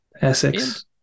Essex